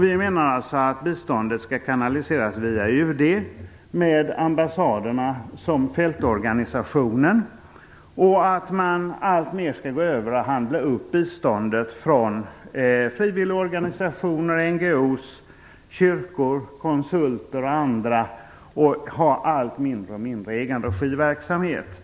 Vi menar att biståndet skall kanaliseras via UD med ambassaderna som fältorganisation, och att man alltmer skall gå över till att handla upp biståndet från frivilligorganisationer, NGO:s, kyrkor, konsulter och andra och driva allt mindre egenregiverksamhet.